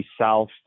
South